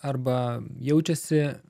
arba jaučiasi